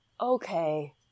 okay